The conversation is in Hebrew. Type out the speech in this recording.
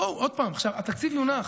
בואו, עוד פעם, התקציב יונח,